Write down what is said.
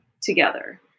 together